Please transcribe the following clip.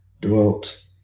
dwelt